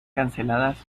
canceladas